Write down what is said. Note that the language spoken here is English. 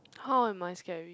how am I scary